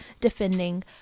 defending